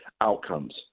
outcomes